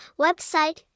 website